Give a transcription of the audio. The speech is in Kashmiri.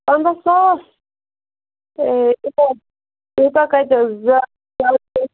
پنٛداہ ساس یوٗتاہ کَتہِ حظ